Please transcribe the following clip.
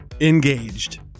engaged